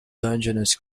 dungeness